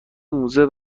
موزه